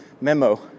memo